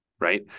right